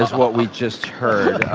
what we just heard.